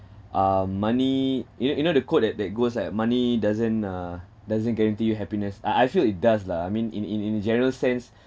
uh money you know you know the quote that that goes like money doesn't uh doesn't guarantee you happiness ah I feel it does lah I mean in in in general sense